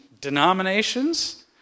denominations